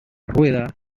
rueda